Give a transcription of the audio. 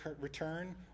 return